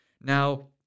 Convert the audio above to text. Now